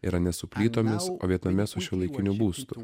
irane su plytomis o vietname su šiuolaikiniu būstu